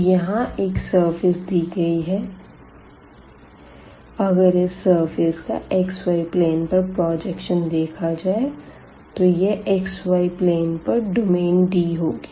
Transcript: तो यहाँ एक सरफेस दी गई है अगर इस सरफेस का xy प्लेन पर प्रजेक्शन देखा जाए तो यह xy प्लेन पर डोमेन D होगी